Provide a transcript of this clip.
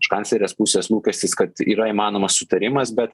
iš kanclerės pusės lūkestis kad yra įmanomas sutarimas bet